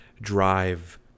drive